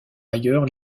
ailleurs